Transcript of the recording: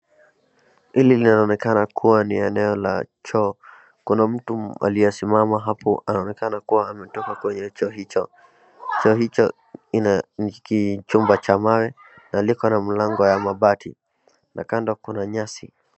Hili linaonekana kuwa ni eneo la choo, kuna mtu aliyesimama hapo anaonekana kuwa ametoka kwenye choo hicho. Choo hicho ni chuma cha mawe na liko na mlango ya mabati na kando kuna nyasi.